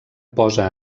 posa